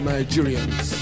Nigerians